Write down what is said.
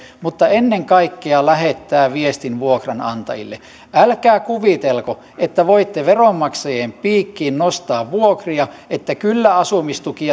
mutta ennen kaikkea se lähettää viestin vuokranantajille älkää kuvitelko että voitte veronmaksajien piikkiin nostaa vuokria kyllä asumistuki